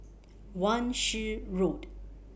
Wan Shih Road